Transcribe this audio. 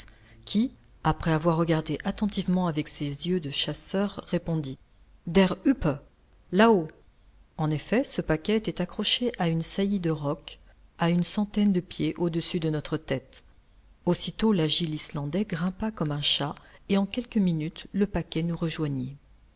qui après avoir regardé attentivement avec ses yeux de chasseur répondit der huppe là-haut en effet ce paquet était accroché à une saillie de roc à une centaine de pieds au-dessus de notre tête aussitôt l'agile islandais grimpa comme un chat et en quelques minutes le paquet nous rejoignit